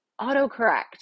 autocorrect